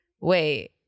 wait